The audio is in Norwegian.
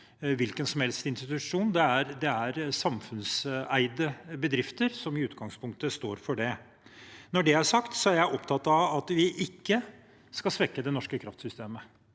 hvilken som helst institusjon, det er samfunnseide bedrifter som i utgangspunktet står for det. Når det er sagt, er jeg opptatt av at vi ikke skal svekke det norske kraftsystemet.